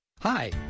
Hi